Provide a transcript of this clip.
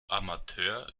amateur